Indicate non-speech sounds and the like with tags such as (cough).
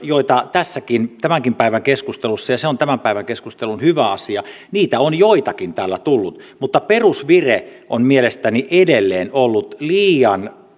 joita tässäkin tämänkin päivän keskustelussa ja se on tämän päivän keskustelun hyvä asia on joitakin täällä tullut mutta perusvire on mielestäni edelleen ollut liian (unintelligible)